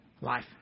life